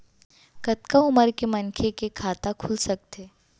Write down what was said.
कतका उमर के मनखे के खाता खुल सकथे?